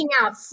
out